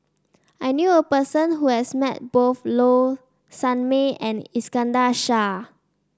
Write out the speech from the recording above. I knew a person who has met both Low Sanmay and Iskandar Shah